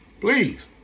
please